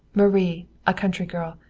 marie, a country girl,